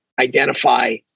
identify